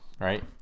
right